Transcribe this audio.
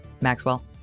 Maxwell